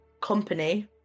Company